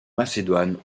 macédoine